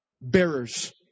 Bearers